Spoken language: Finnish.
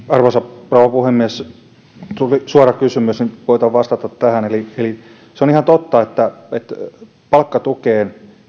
arvoisa rouva puhemies kun tuli suora kysymys niin koetan vastata tähän eli eli se on ihan totta että palkkatukeen